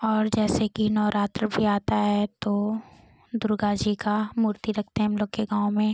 और जैसे कि नौरात्र भी आता है तो दुर्गा जी का मूर्ति रखते हैं हम लोग के गाँव में